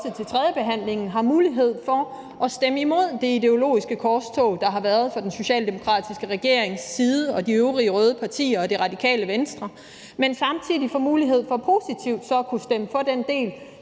tredjebehandlingen får mulighed for at stemme imod det ideologiske korstog, der har været fra den socialdemokratiske regering, de øvrige røde partier og Radikale Venstres side, men samtidig også får mulighed for at kunne stemme for den del,